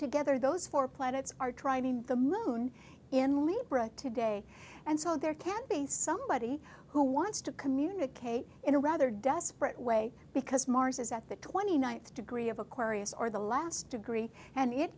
together those four planets are driving the moon in libra today and so there can be somebody who wants to communicate in a rather desperate way because mars is at the twenty ninth degree of aquarius or the last degree and it